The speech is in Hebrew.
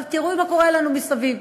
אבל תראו מה קורה לנו מסביב: